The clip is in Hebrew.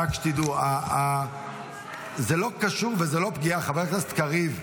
שתדעו, חבר הכנסת קריב,